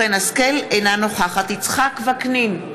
אינה נוכחת יצחק וקנין,